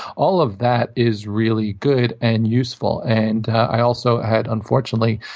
all of that is really good and useful. and i also had, unfortunately,